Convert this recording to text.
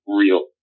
real